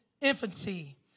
infancy